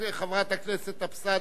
חברת הכנסת אבסדזה.